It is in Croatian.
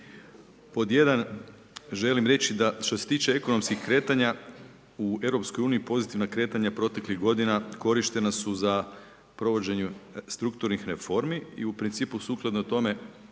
Pod jedan, želim reći da, što se tiče ekonomskih kretanja u EU pozitivna kretanja proteklih godina korištena su za provođenje strukturnih reformi i u principu sukladno tome